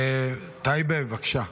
בבקשה,